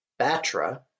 Batra